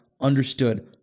understood